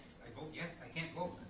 i vote yes, i can't vote.